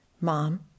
Mom